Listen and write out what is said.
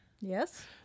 yes